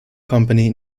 company